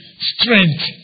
strength